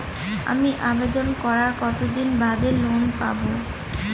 আমি আবেদন করার কতদিন বাদে লোন পাব?